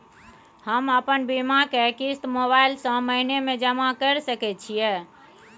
हम अपन बीमा के किस्त मोबाईल से महीने में जमा कर सके छिए?